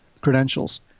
credentials